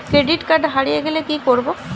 Credit card হারিয়ে গেলে কি করব?